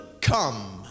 come